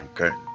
Okay